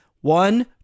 One